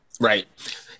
Right